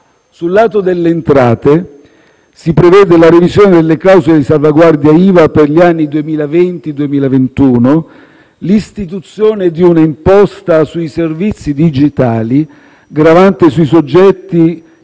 Sul lato delle entrate si prevede la revisione delle clausole di salvaguardia IVA per gli anni 2020-2021, l'istituzione di un'imposta sui servizi digitali gravante sui soggetti